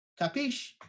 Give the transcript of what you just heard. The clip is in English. Capish